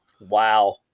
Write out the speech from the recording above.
wow